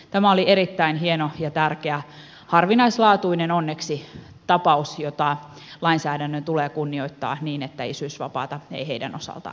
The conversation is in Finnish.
tämä oli erittäin hieno ja tärkeä muutos koskien harvinaislaatuista onneksi tapausta jota lainsäädännön tulee kunnioittaa niin että isyysvapaata ei tältä osin rajoiteta